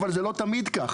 אבל זה לא תמיד כך.